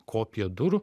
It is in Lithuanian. kopiją durų